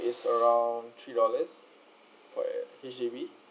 is around three dollars for a H_D_B